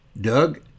Doug